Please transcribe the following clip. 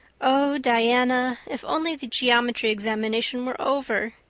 oh, diana, if only the geometry examination were over!